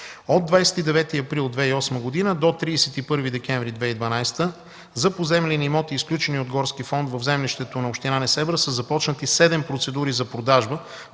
От 29 април 2008 г. до 31 декември 2012 г. за поземлени имоти, изключени от горския фонд в землището на община Несебър са започнати седем процедури за продажба